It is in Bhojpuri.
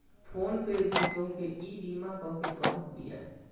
फ़ोन पे भी तोहके ईबीमा करेके कहत बिया